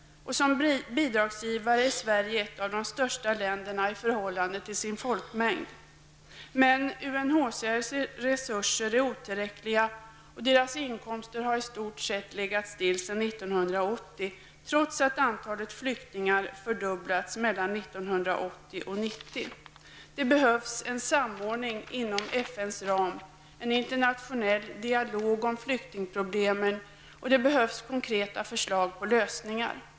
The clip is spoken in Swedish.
Som bidragsgivare är Sverige ett av de största länderna i förhållande till sin folkmängd. Men UNHCRs resurser är otillräckliga, och dess inkomster har i stort sett legat still sedan 1980, trots att antalet flyktingar fördubblats mellan 1980 och 1990. Det behövs en samordning inom FNs ram, en internationell dialog om flyktingproblemen, och det behövs konkreta förslag till lösningar.